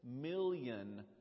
million